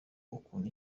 ukuntu